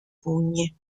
pugni